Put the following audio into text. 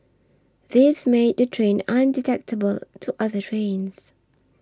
this made the train undetectable to other trains